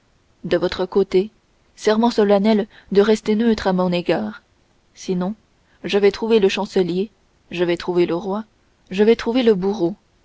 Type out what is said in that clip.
de votre côté serment solennel de rester neutre à mon égard sinon je vais trouver le chancelier je vais trouver le roi je vais trouver le bourreau